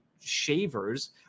shavers